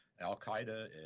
al-Qaeda